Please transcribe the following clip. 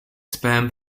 sperm